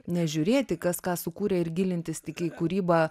nežiūrėti kas ką sukūrė ir gilintis tik į kūrybą